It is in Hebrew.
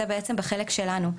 זה בעצם בחלק שלנו,